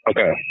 Okay